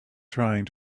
trying